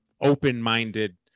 open-minded